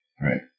Right